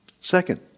Second